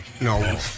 No